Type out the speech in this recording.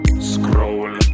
scroll